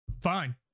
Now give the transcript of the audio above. Fine